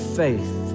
faith